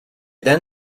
then